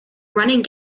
running